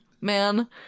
Man